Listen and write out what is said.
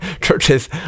churches